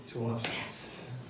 Yes